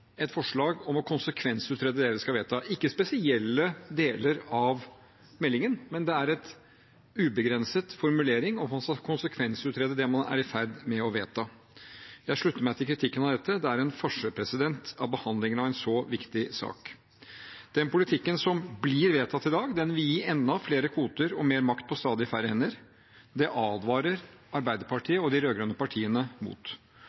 et forslag fra regjeringspartiene om å konsekvensutrede det vi skal vedta – ikke spesielle deler av meldingen, men en ubegrenset formulering om at man skal konsekvensutrede det man er i ferd med å vedta. Jeg slutter meg til kritikken av dette, det er en farse av behandlingen av en så viktig sak. Den politikken som blir vedtatt i dag, vil gi enda flere kvoter og mer makt på stadig færre hender. Det advarer Arbeiderpartiet og de rød-grønne partiene mot.